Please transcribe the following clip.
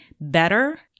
better